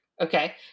Okay